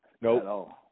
Nope